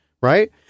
right